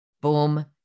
boom